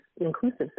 inclusive